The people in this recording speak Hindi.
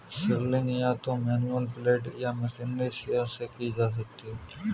शियरिंग या तो मैनुअल ब्लेड या मशीन शीयर से की जा सकती है